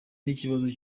n’ikibazo